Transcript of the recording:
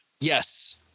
Yes